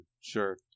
sure